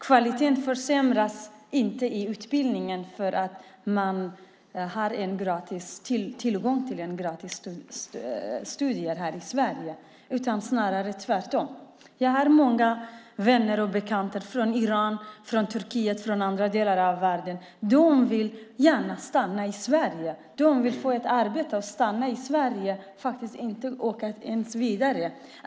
Kvaliteten försämras inte i utbildningen därför att det finns tillgång till gratis studier i Sverige. Snarare är det tvärtom. Jag har många vänner och bekanta från Iran, Turkiet och andra delar av världen. De vill gärna stanna i Sverige. De vill få arbete och stanna i Sverige. De vill inte åka vidare.